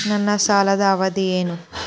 ನನ್ನ ಸಾಲದ ಅವಧಿ ಏನು?